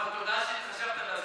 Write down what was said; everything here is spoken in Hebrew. צריך להודות לו שהוא היה קצר.